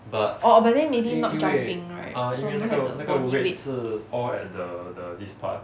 orh orh but then maybe not jumping right so don't have the bodyweight